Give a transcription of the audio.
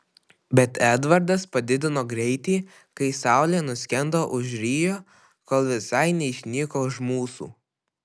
bet edvardas padidino greitį kai saulė nuskendo už rio kol visai neišnyko už mūsų